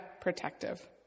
protective